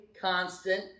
constant